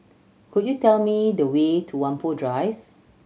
could you tell me the way to Whampoa Drive